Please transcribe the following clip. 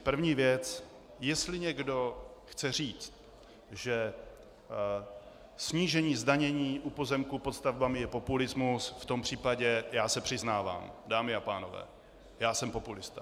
První věc jestli někdo chce říct, že snížení zdanění u pozemků pod stavbami je populismus, v tom případě se přiznávám: Dámy a pánové, já jsem populista.